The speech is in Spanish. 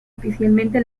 oficialmente